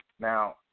Now